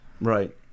Right